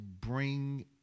bring